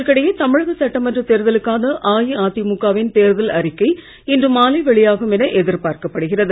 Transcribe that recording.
இதற்கிடையே தமிழக சட்டமன்ற தேர்தலுக்கான அஇஅதிமுகவின் தேர்தல் அறிக்கை இன்று மாலை வெளியாகும் என எதிர்பார்க்கப்படுகிறது